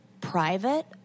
private